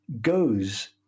goes